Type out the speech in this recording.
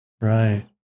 Right